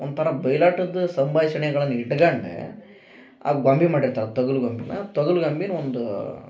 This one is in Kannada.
ಒಂಥರ ಬಯ್ಲಾಟದ ಸಂಭಾಷಣೆಗಳನ್ ಇಟಕಂಡು ಆ ಗೊಂಬೆ ಮಾಡಿರ್ತಾರ ತೊಗಲು ಗೊಂಬೆನ ತೊಗ್ಲು ಗೊಂಬಿನ ಒಂದು